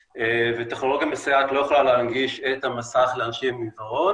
וטכנולוגיה מסייעת לא יכולה להנגיש את המסך לאנשים עם עיוורון,